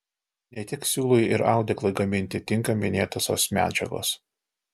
ne tik siūlui ir audeklui gaminti tinka minėtosios medžiagos